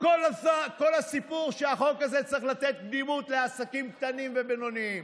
כל הסיפור הוא שהחוק הזה צריך לתת קדימות לעסקים קטנים ובינוניים.